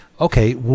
okay